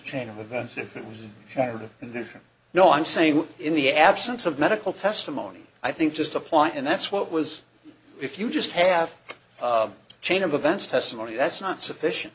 chain of events if it was in charge and there's no i'm saying in the absence of medical testimony i think just apply and that's what was if you just have a chain of events testimony that's not sufficient